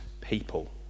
people